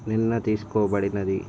నిన్న తీసుకోబడినది